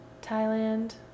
Thailand